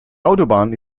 autobahn